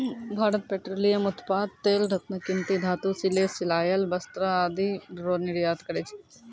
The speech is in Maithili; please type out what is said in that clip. भारत पेट्रोलियम उत्पाद तेल रत्न कीमती धातु सिले सिलायल वस्त्र आदि रो निर्यात करै छै